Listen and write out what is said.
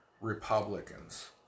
Republicans